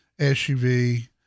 SUV